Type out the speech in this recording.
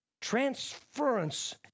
transference